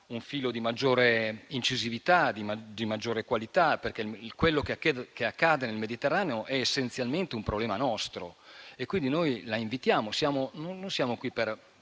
un filo di maggiore incisività e di maggiore qualità, perché quello che accade nel Mediterraneo è essenzialmente un problema nostro. Signor Ministro, non siamo qui per